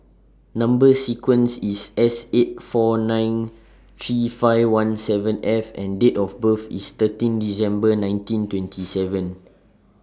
Number sequence IS S eight four nine three five one seven F and Date of birth IS thirteen December nineteen twenty seven